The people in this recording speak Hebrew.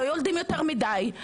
לא יולדים יותר מדי.